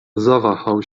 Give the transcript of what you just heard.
zawahał